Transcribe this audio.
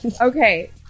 Okay